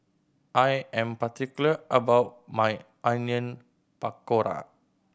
I am particular about my Onion Pakora